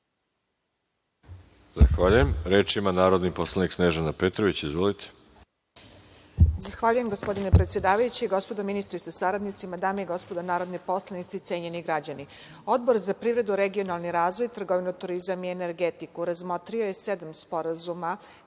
Zahvaljujem. Reč ima narodni poslanik Snežana Petrović. Izvolite. **Snežana B. Petrović** Zahvaljujem, gospodine predsedavajući. Gospodo ministri sa saradnicima, dame i gospodo narodni poslanici, cenjeni građani, Odbor za privredu, regionalni razvoj, trgovinu, turizam i energetiku razmotrio je sedam sporazuma